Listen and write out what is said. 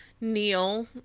Neil